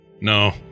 No